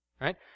right